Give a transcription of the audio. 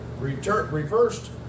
reversed